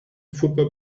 football